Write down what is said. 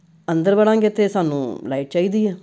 ਅੰਦਰ ਵੜਾਂਗੇ ਤਾਂ ਸਾਨੂੰ ਲਾਈਟ ਚਾਹੀਦੀ ਹੈ